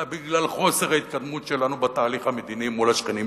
אלא בגלל חוסר ההתקדמות שלנו בתהליך המדיני מול השכנים שלנו.